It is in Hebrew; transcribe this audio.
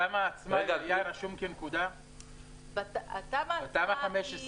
סגן שר הפנים יואב בן צור: בתמ"א עצמה היה רשום כנקודה?